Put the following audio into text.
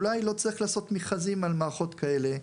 אולי לא צריך לעשות מכרזים על מערכות כאלה,